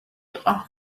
იყო